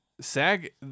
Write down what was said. SAG